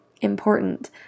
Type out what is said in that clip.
important